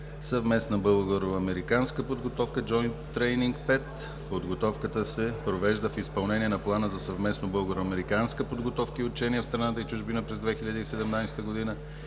съвместна българо-американска подготовка JOINT TRAINING -5. Подготовката се провежда в изпълнение на Плана за съвместна българо-американска подготовка и учения в страната и чужбина през 2017 г.